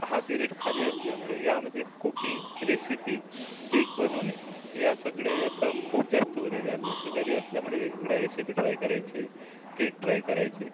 हा पीरियडखाली असल्यामुळे यामध्ये कूकिंग रेसिपी केक बनवणे या सगळ्या याचा खूप जास्त उदयाला आला लोक घरी असल्यामुळे वेगवेगळ्या रेसिपी ट्राय करायचे केक ट्राय करायचे